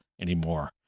anymore